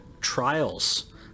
trials